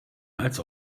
als